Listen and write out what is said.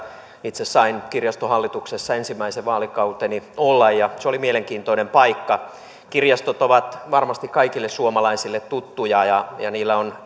itse sain kirjaston hallituksessa ensimmäisen vaalikauteni olla ja se oli mielenkiintoinen paikka kirjastot ovat varmasti kaikille suomalaisille tuttuja ja ja niillä on